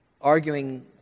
arguing